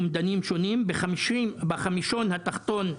אומדנים שונים: בחמישון התחתון,